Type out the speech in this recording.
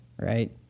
right